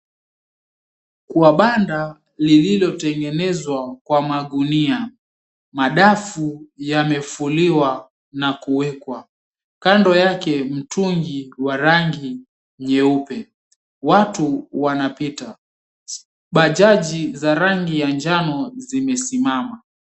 Kwa banda lililotengenezwa kwa magunia, madafu yamefuliwa na kuwekwa. Kando yake mtungi wa rangi nyeupe, watu wanapita, bajaji za rangi ya njano zimesimama.